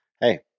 Hey